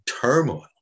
turmoil